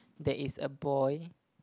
there is a boy